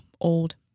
old